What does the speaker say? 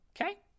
Okay